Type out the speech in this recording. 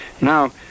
Now